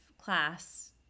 class